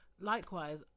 likewise